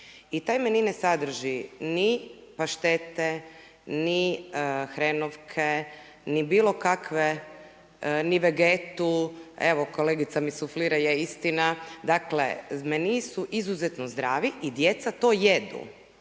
I taj menue ne sadrži ni paštete, ni hrenovke ni bilo kakve, ni vegetu. Evo kolegica mi suflira, je istina. Dakle menue su izuzetno zdravi i djeca to jedu,